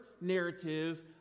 narrative